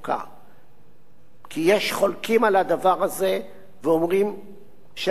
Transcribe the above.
כי יש חולקים על הדבר הזה ואומרים שהדבר לא עבר.